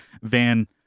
van